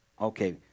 Okay